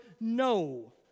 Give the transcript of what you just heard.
no